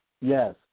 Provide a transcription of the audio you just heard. Yes